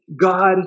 God